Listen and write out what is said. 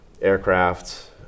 aircraft